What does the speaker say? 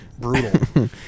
brutal